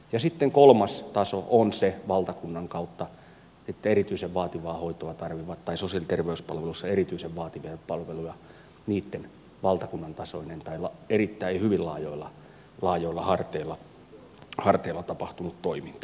ja sitten kolmas taso on se sosiaali ja terveyspalveluissa erityisen vaativaa hoitoa paremmat tai susi termospullo osa vaativia palveluja tarvitsevien valtakunnan tasoinen tai erittäin laajoilla harteilla tapahtunut toiminta